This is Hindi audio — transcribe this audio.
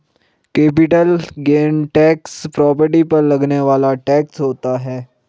कैपिटल गेन टैक्स प्रॉपर्टी पर लगने वाला टैक्स होता है